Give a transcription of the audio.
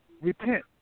repent